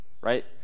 right